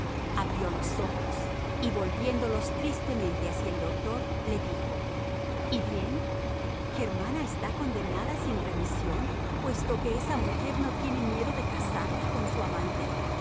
abrió los ojos y volviéndolos tristemente hacia el doctor le dijo y bien germana está condenada sin remisión puesto que esa mujer no tiene miedo de casarla con su amante